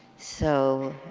so,